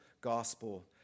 gospel